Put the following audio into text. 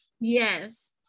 Yes